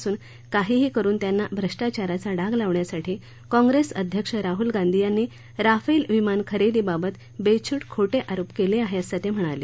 असून काहीही करून त्यांना भ्रष्टाचाराचा डाग लावण्यासाठी काँग्रेस अध्यक्ष राहल गांधी यांनी राफेल विमान खरेदीबाबत बेछूट खोटे आरोप केले आहेत असं ते म्हणाले